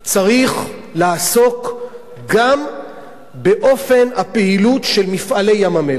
צריך לעסוק גם באופן הפעילות של "מפעלי ים-המלח".